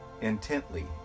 intently